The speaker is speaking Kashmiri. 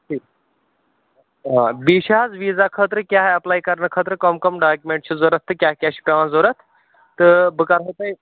ٹھیٖک آ بیٚیہِ چھِ حظ ویٖزا خٲطرٕ کیٛاہ ایٚپلے کرنہٕ خٲطرٕ کَم کَم ڈاکیٛومینٛٹ چھِ ضروٗرت تہٕ کیٛاہ کیٛاہ چِھ پیٚوان ضروٗرت تہٕ بہٕ کرہو تۅہہِ